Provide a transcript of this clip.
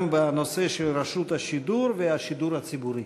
גם בנושא של רשות השידור והשידור הציבורי.